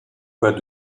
fois